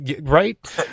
Right